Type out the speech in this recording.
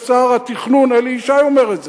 ושר התכנון אלי ישי אומר את זה.